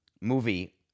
movie